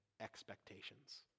expectations